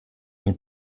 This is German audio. ein